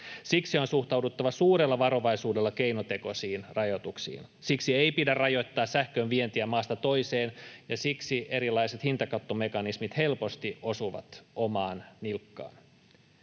Siksi on suhtauduttava suurella varovaisuudella keinotekoisiin rajoituksiin. Siksi ei pidä rajoittaa sähkön vientiä maasta toiseen, ja siksi erilaiset hintakattomekanismit helposti osuvat omaan nilkkaan.